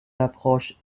l’approche